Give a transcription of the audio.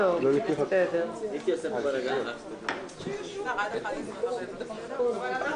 אנחנו נצביע רק על סידורי הישיבה של היום.